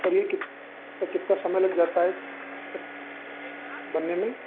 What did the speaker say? sir ये की sir कितना समय लग जाता है सब बनने में